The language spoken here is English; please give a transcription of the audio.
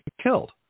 killed